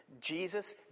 Jesus